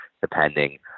depending